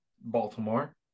Baltimore